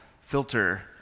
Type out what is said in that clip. filter